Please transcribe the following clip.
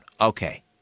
Okay